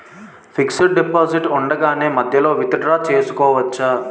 Fixed deposit ఉండగానే మధ్యలో withdraw చేసుకోవచ్చా?